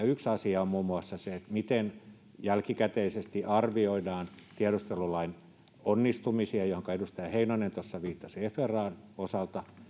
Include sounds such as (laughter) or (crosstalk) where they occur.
(unintelligible) yksi asia on muun muassa se miten jälkikäteisesti arvioidaan tiedustelulain onnistumisia mihin edustaja heinonen viittasi fran osalta